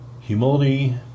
humility